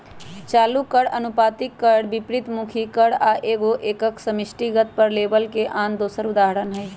चालू कर, अनुपातिक कर, विपरितमुखी कर आ एगो एकक समष्टिगत कर लेबल के आन दोसर उदाहरण हइ